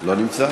לא נמצא?